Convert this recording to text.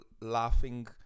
laughing